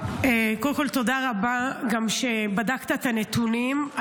קודם כול, תודה רבה, גם שבדקת את הנתונים.